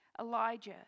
Elijah